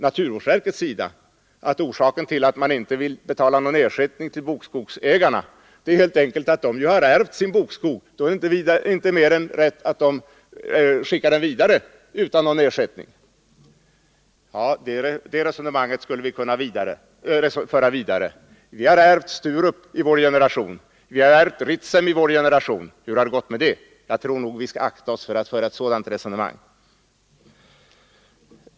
Naturvårdsverket säger att orsaken till att man inte vill betala någon ersättning till bokskogsägarna helt enkelt är att de har ärvt sin bokskog. Då är det — anser man — inte mer än rätt att de skickar den vidare utan ersättning. Men det resonemanget skulle vi kunna föra vidare. Vi har ärvt Sturup och Ritsem i vår generation. Hur har det gått? Jag tror nog vi bör akta oss för att föra den tankegången vidare.